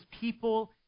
people